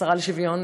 השרה לשוויון